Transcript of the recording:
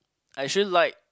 I actually like